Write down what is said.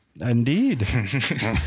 Indeed